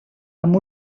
amb